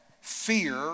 fear